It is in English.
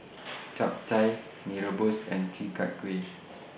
Chap Chai Mee Rebus and Chi Kak Kuih